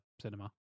cinema